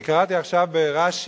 אני קראתי עכשיו ברש"י,